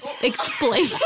Explain